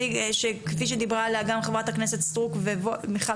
כפי שדיברה עליה גם חברת הכנסת סטרוק ומיכל